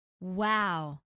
Wow